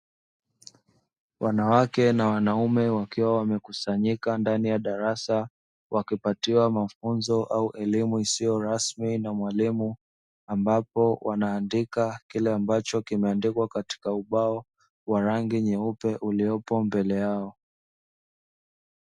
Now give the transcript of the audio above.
Wanawake na wanaume wakiwa wamekusanyika ndani ya darasa, wakipatiwa mafunzo au elimu isiyo rasmi na mwalimu, ambapo wanaandika kile ambacho kimeandikwa katika ubao wa rangi nyeupe uliopo mbele yao.